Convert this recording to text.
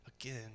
again